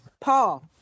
Paul